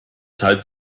teilt